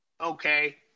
Okay